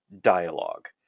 dialogue